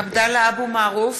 עבדאללה אבו מערוף,